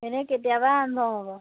এনেই কেতিয়াৰপৰা আৰম্ভ হ'ব বাৰু